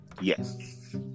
Yes